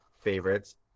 favorites